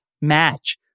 match